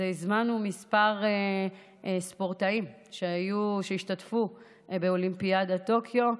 הזמנו כמה ספורטאים שהשתתפו באולימפיאדת טוקיו,